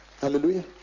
Hallelujah